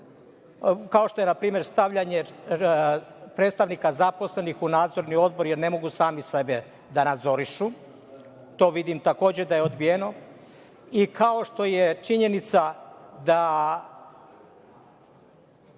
kao što je npr. stavljanje predstavnika zaposlenih u nadzorni odbor jer ne mogu same da nadzorišu. To vidim, takođe, da je odbijeno. I, kao što je činjenica da